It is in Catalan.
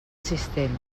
sistema